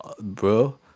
bro